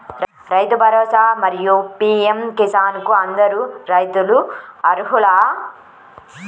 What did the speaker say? రైతు భరోసా, మరియు పీ.ఎం కిసాన్ కు అందరు రైతులు అర్హులా?